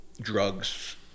drugs